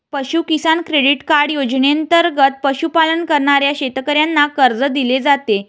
पशु किसान credit card योजनेंतर्गत पशुपालन करणाऱ्या शेतकऱ्यांना कर्ज दिले जाते